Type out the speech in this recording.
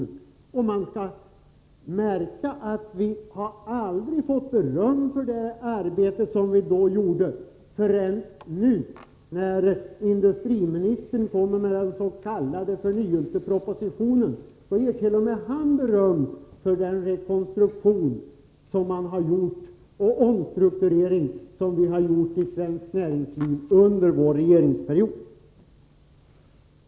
Man skall dock lägga märke till att vi aldrig har fått beröm för det arbete som vi då gjorde förrän nu, när industriministern kommer med den s.k. förnyelsepropositionen. Där gert.o.m. han beröm för den rekonstruktion och den omstrukturering som vi har gjort i svenskt näringsliv under vår regeringsperiod.